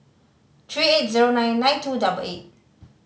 three eight zero nine nine two double eight